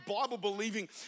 Bible-believing